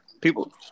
People